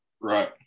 Right